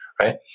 right